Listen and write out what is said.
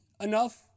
enough